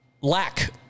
lack